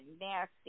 nasty